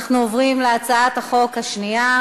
אנחנו עוברים להצעת החוק השנייה: